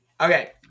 Okay